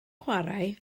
chwarae